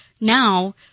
now